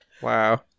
Wow